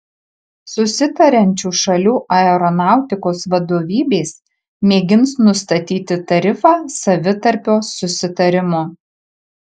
susitariančių šalių aeronautikos vadovybės mėgins nustatyti tarifą savitarpio susitarimu